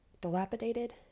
dilapidated